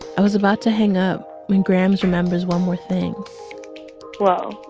i was about to hang up when grams remembers one more thing well,